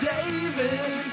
David